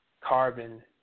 carbon